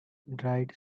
dried